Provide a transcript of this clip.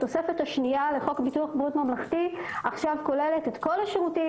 התוספת השנייה לחוק ביטוח בריאות ממלכתי עכשיו כוללת את כל השירותים,